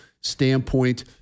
standpoint